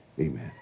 amen